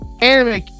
Anime